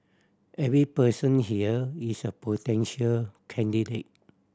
every person here is a potential candidate